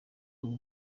uba